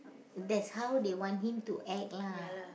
that's how they want him to act lah